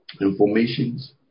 informations